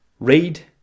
Read